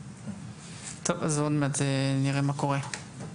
עוד מעט נראה מה קורה.